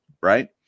Right